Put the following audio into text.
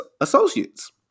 associates